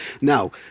Now